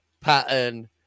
pattern